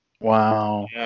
Wow